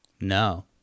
No